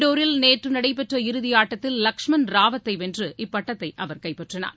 இந்தூரில் நேற்று நடைபெற்ற இறுதியாட்டத்தில் லக்ஷ்மண் ராவத்தை வென்று இப்பட்டத்தை கைப்பற்றினார்